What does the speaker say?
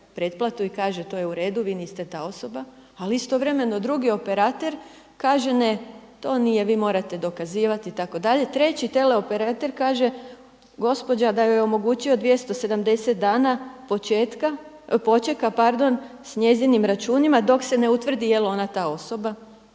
i kaže to je uredu, vi niste ta osoba, ali istovremeno drugi operater kaže ne. To nije vi morate dokazivati itd. treći teleoperater kaže gospođa da joj je omogućio 270 dana počeka s njezinim računima dok se ne utvrdi jeli ona ta osoba